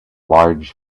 large